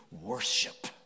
worship